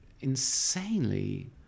insanely